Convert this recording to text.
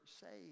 saved